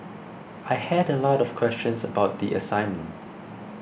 I had a lot of questions about the assignment